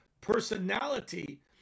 Personality